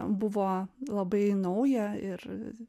buvo labai nauja ir